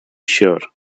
sure